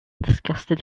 disgusted